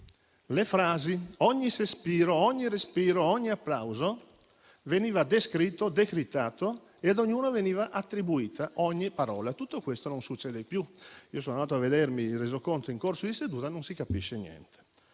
le frasi, ogni sospiro, ogni respiro, ogni applauso veniva descritto, decrittato e ad ognuno veniva attribuita ogni parola. Tutto questo non succede più. Io sono andato a leggere il Resoconto in corso di seduta: non si capisce niente.